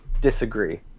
disagree